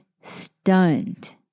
stunned